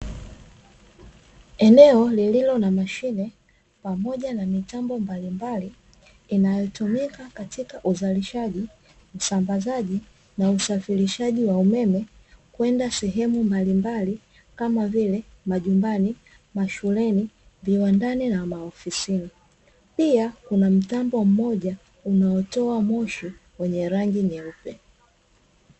Eneo lililo na mashine pamoja na mitambo mbalimbali, inayotumika katika uzalishaji, usambazaji na usafirishaji wa umeme; kwenda sehemu mbalimbali kama vile majumbani, mashuleni, viwandani na maofisini. Pia kuna mtambo mmoja unaotoa moshi wenye rangi nyeupe.